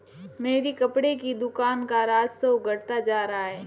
मेरी कपड़े की दुकान का राजस्व घटता जा रहा है